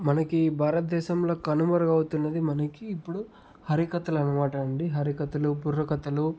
మనకి భారతదేశంలో కనుమరుగవుతున్నది మనకి ఇప్పుడు హరికథలు అన్నమాట అండి హరికథలు బుర్రకథలు